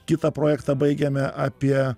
kitą projektą baigiame apie